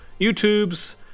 YouTubes